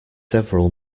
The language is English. several